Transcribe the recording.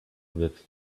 with